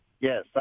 Yes